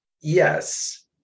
Yes